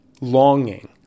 longing